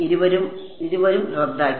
ഇരുവരും റദ്ദാക്കി